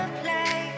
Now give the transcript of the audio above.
play